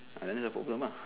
ah then that's the problem mah